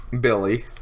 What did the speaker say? billy